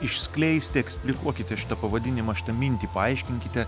išskleisti eksplikuokite šitą pavadinimą šitą mintį paaiškinkite